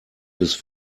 bis